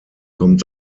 kommt